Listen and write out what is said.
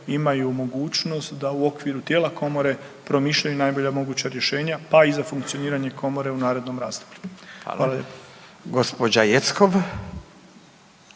imaju mogućnost da u okviru tijela komore promišljaju najbolja moguća rješenja, pa i za funkcioniranje komore u narednom razdoblju. Hvala lijepo.